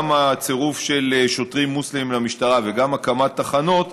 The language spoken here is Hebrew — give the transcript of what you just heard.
גם הצירוף של שוטרים מוסלמים למשטרה וגם הקמת תחנות,